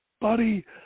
Buddy